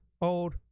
old